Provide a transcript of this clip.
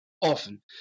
often